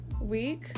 week